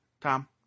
Tom